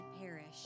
perish